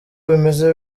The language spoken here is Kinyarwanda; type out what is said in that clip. bimeze